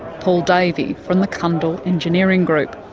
paul davy from the cundall engineering group.